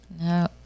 No